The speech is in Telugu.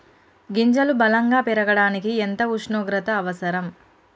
గింజలు బలం గా పెరగడానికి ఎంత ఉష్ణోగ్రత అవసరం?